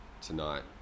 tonight